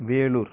Vellore